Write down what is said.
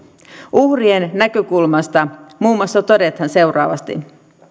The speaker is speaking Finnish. uhrien näkökulmasta todetaan muun muassa seuraavasti